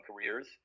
careers